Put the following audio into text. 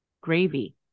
Gravy